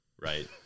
right